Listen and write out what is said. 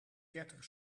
dertig